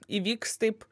įvyks taip